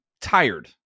tired